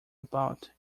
about